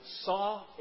saw